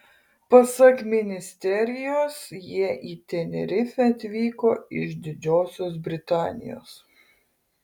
pasak ministerijos jie į tenerifę atvyko iš didžiosios britanijos